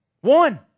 One